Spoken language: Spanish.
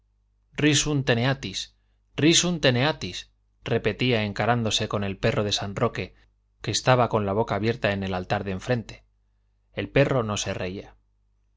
cebolla risum teneatis risum teneatis repetía encarándose con el perro de san roque que estaba con la boca abierta en el altar de enfrente el perro no se reía